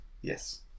Yes